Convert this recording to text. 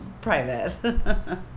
private